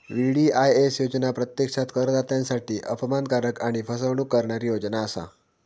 VDIS योजना प्रत्यक्षात करदात्यांसाठी अपमानकारक आणि फसवणूक करणारी योजना असा